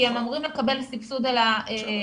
כי הם אמורים לקבל סבסוד על העניין